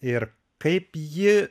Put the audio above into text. ir kaip ji